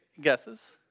guesses